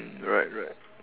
right right